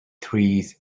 trees